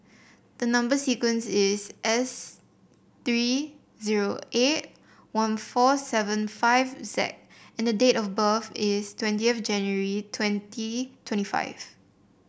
the number sequence is S three zero eight one four seven five Z and the date of birth is twentieth January twenty twenty five